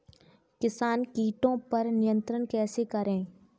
किसान कीटो पर नियंत्रण कैसे करें?